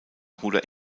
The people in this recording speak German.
bruder